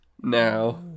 now